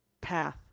path